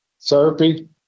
therapy